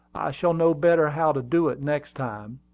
shall know better how to do it next time.